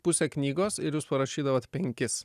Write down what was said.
pusę knygos ir jūs surašydavot penkis